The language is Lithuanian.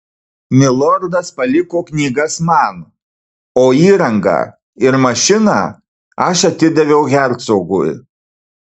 milordas paliko knygas man o įrangą ir mašiną aš atidaviau hercogui